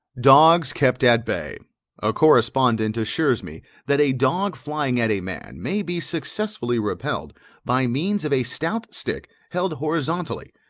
dogs kept at bay a correspondent assures me that a dog flying at a man may be successfully repelled by means of a stout stick held horizontally,